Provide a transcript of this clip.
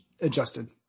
adjusted